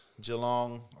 Geelong